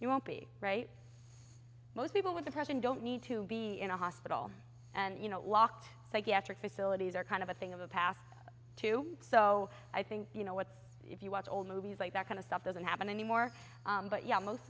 you won't be right most people with depression don't need to be in a hospital and you know locked psychiatric facilities are kind of a thing of the past too so i think you know what if you watch old movies like that kind of stuff doesn't happen anymore but y